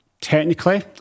technically